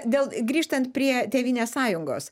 dėl grįžtant prie tėvynės sąjungos